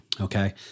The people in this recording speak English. Okay